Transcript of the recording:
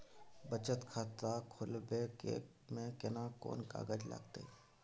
बचत खाता खोलबै में केना कोन कागज लागतै?